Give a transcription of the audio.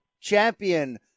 champion